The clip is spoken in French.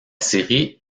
série